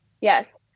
Yes